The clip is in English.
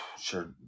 Sure